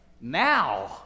now